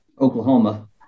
Oklahoma